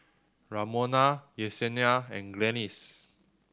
Ramona Yesenia and Glennis